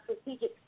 Strategic